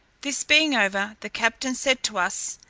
this being over, the captain said to us,